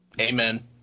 Amen